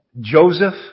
Joseph